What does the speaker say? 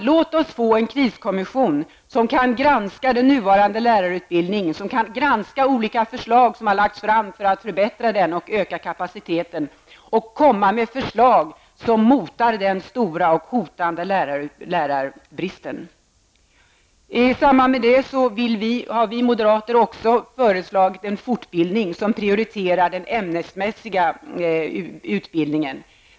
Låt oss få en kriskommission som kan granska den nuvarande lärarutbildningen och olika förslag som har lagts fram för att förbättra den och öka kapaciteten. Därigenom kan kommissionen komma med förslag som motar den hotande stora lärarbristen. I samband med detta har vi moderater också föreslagit en fortbildning som prioriterar den ämnesmässiga utbildningen.